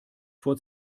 vor